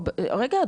או --- רגע,